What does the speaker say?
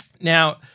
Now